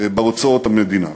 בהוצאות המדינה.